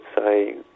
say